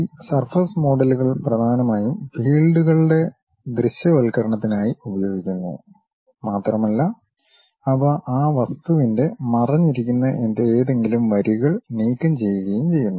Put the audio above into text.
ഈ സർഫസ് മോഡലുകൾ പ്രധാനമായും ഫീൽഡുകളുടെ ദൃശ്യവൽക്കരണത്തിനായി ഉപയോഗിക്കുന്നു മാത്രമല്ല അവ ആ വസ്തുവിന്റെ മറഞ്ഞിരിക്കുന്ന ഏതെങ്കിലും വരികൾ നീക്കംചെയ്യുകയും ചെയ്യുന്നു